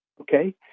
Okay